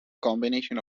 combination